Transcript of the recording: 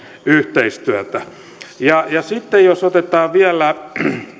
yhteistyötä sitten jos otetaan vielä